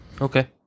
Okay